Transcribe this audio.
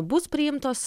bus priimtos